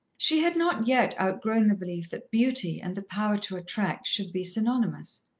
she had not yet outgrown the belief that beauty and the power to attract should be synonymous.